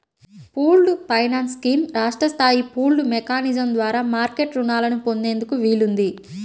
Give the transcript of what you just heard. pooled finance scheme రాష్ట్ర స్థాయి pooled mechanism ద్వారా మార్కెట్ రుణాలను పొందేందుకు వీలుంది